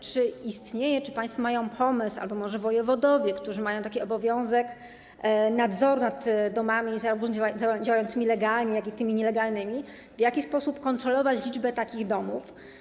Czy państwo mają pomysł albo może wojewodowie, którzy mają obowiązek nadzoru nad domami zarówno działającymi legalnie, jak i tymi nielegalnymi, w jaki sposób kontrolować liczbę takich domów?